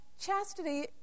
chastity